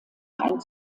ein